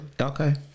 Okay